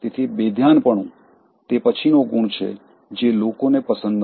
તેથી બેધ્યાનપણું તે પછીનો ગુણ જે લોકોને પસંદ નથી